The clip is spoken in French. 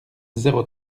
zéro